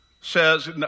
says